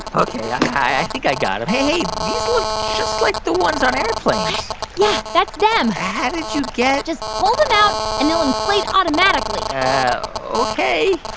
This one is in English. ah ok. i i think i got um them. hey, these look just like the ones on airplanes yeah. that's them how did you get. just pull them out, and they'll inflate automatically ok